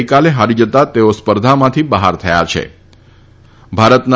પીઈકાલે ફારી જતાં તેઓ સ્પર્ધામાંથી બફાર થયા છેભારતના